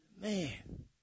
Man